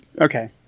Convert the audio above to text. Okay